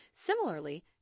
Similarly